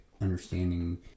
understanding